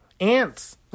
Ants